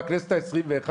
בהחלט חשוב ביותר.